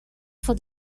for